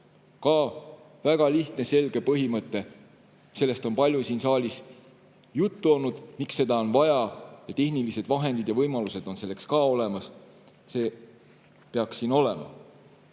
Ka väga lihtne ja selge põhimõte. Sellest on palju siin saalis juttu olnud, miks seda on vaja. Tehnilised vahendid ja võimalused on selleks ka olemas. See peaks siin olema.